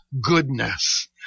goodness